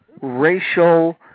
racial